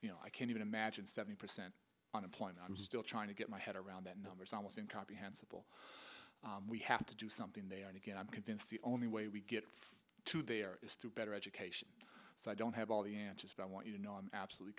you know i can't even imagine seventy percent unemployment i'm still trying to get my head around that number is almost incomprehensible we have to do something they only get i'm convinced the only way we get to there is to better education so i don't have all the answers but i want you know i'm absolutely